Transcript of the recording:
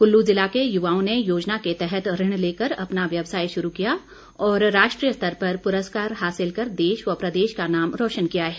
कुल्लू ज़िला के युवाओं ने योजना के तहत ऋण लेकर अपना व्यवसाय शुरू किया और राष्ट्रीय स्तर पर पुरस्कार हासिल कर देश व प्रदेश का नाम रोशन किया है